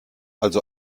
also